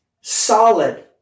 solid